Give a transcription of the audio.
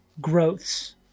growths